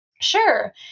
Sure